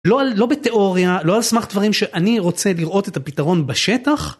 לא בתיאוריה לא על סמך דברים שאני רוצה לראות את הפתרון בשטח.